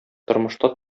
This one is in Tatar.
тормышта